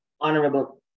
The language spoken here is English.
Honorable